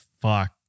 fuck